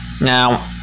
Now